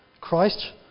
Christ